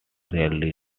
rarely